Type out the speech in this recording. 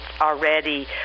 already